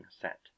set